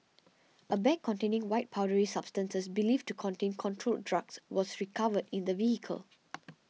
a bag containing white powdery substances believed to contain controlled drugs was recovered in the vehicle